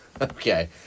Okay